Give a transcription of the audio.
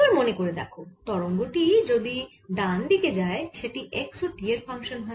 এবার মনে করে দেখো তরঙ্গ যদি ডান দিকে যায় সেটি x ও t এর ফাংশান হয়